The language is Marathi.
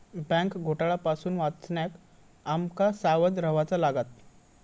बँक घोटाळा पासून वाचण्याक आम का सावध रव्हाचा लागात